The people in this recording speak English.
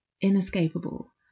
inescapable